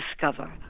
discover